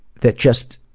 that just,